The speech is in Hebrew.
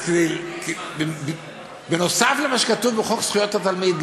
אז נוסף על מה שכתוב בחוק זכויות התלמיד,